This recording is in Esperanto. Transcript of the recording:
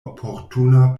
oportuna